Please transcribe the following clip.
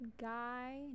guy